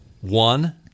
one